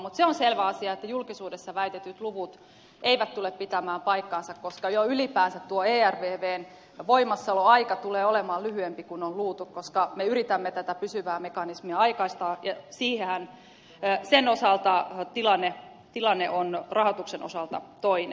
mutta se on selvä asia että julkisuudessa väitetyt luvut eivät tule pitämään paikkansa koska jo ylipäänsä tuo ervvn voimassaoloaika tulee olemaan lyhyempi kuin on luultu koska me yritämme tätä pysyvää mekanismia aikaistaa ja sen osalta tilanne on rahoituksen osalta toinen